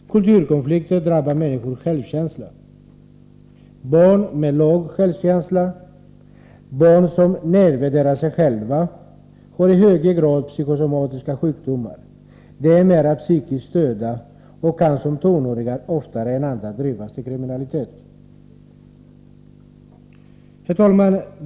Kulturkonflikter drabbar människors självkänsla. Barn med liten självkänsla och barn som nedvärderar sig själva har i högre grad psykosomatiska sjukdomar, de är mera psykiskt störda och kan som tonåringar oftare än andra drivas till kriminalitet. Herr talman!